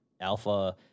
Alpha